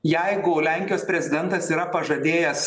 jeigu lenkijos prezidentas yra pažadėjęs